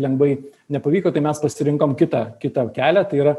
lengvai nepavyko tai mes pasirinkom kitą kitą kelią tai yra